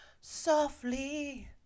softly